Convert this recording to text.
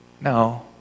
No